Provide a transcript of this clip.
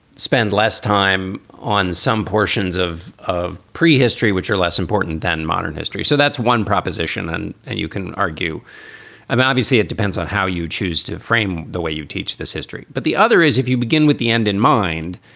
spend less time on some portions of of prehistory which are less important than modern history? so that's one proposition. and and you can argue about obviously, it depends on how you choose to frame the way you teach this history. but the other is, if you begin with the end in mind,